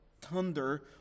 thunder